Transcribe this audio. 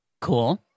Cool